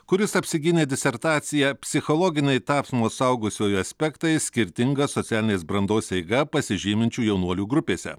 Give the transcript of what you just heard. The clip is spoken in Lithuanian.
kuris apsigynė disertaciją psichologiniai tapsmo suaugusiuoju aspektai skirtinga socialinės brandos eiga pasižyminčių jaunuolių grupėse